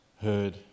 heard